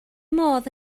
modd